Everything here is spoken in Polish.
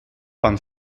pan